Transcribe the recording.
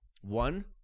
One